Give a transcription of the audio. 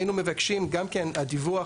היינו מבקשים גם כן דיווח,